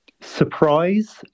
surprise